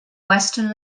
western